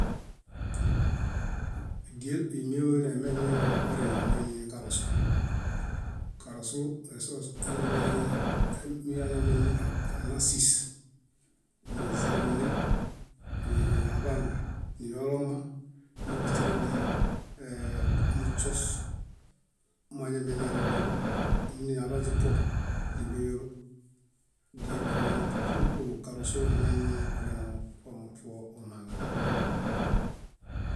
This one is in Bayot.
Diel ímiewa neememieŋa oriŋo moini karosu. Karosu esos einimiañamena sís niza níne aḃaniyoloma néhuśirali muśos moañameñare dólo niġalo aḃaźipuo níḃeyolo diel oriŋo fúlu fúlu karosu kuɦaŋeni mowamaŋami.